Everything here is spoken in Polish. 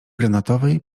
granatowej